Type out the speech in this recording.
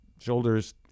shoulders